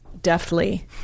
deftly